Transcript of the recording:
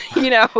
you know. but